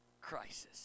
crisis